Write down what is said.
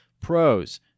pros